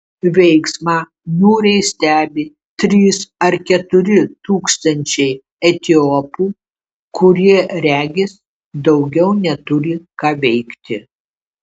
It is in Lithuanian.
veiksmą niūriai stebi trys ar keturi tūkstančiai etiopų kurie regis daugiau neturi ką veikti